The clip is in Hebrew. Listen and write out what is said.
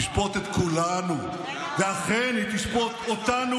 תשפוט את כולנו, ואכן, היא תשפוט אותנו